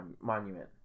Monument